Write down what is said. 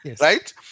right